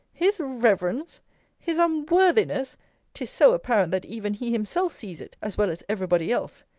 his reverence his unworthiness tis so apparent, that even he himself sees it, as well as every body else.